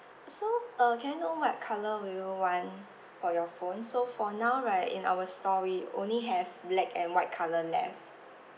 so uh can I know what colour will you want for your phone so for now right in our store we only have black and white colour left